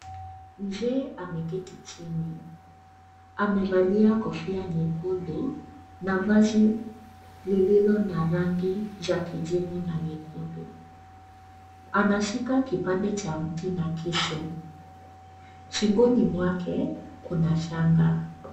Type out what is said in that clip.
Mzee ameketi chini. Amevalia kofia nyekundu na vazi lililo na rangi za kijivu na nyekundu. Anashika kipande cha mti na kisu. Shingoni mwake, kuna shanga.